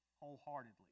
Wholeheartedly